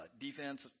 defense